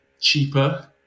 cheaper